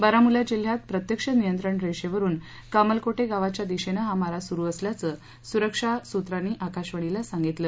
बारामुल्ला जिल्ह्यात प्रत्यक्ष नियंत्रण रेषेवरुन कामलकोटे गावाच्या दिशेनं हा मारा सुरु असल्याचं सुरक्षा सूत्रांनी आकाशवाणीला सांगितलं